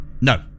no